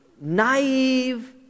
naive